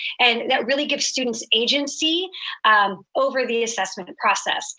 and that really gives students agency um over the assessment and process.